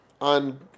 on